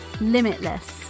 limitless